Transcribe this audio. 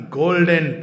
golden